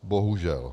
Bohužel.